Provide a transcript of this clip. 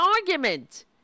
argument